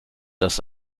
dass